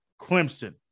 Clemson